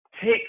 take